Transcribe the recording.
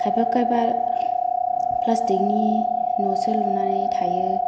खायफा खायफा फ्लासथिखनि न'सो लुनानै थायो